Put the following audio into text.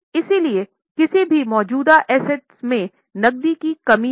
इसलिए किसी भी मौजूदा एसेट में कमी है